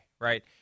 right